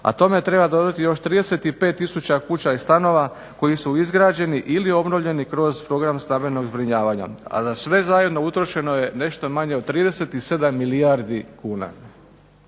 a tome treba dodati još 35 tisuća kuća i stanova koji su izgrađeni ili obnovljeni kroz program stambenog zbrinjavanja, a na sve zajedno utrošeno je nešto manje od 37 milijardi kuna.